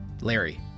Larry